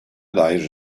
dair